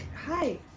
hi